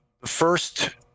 First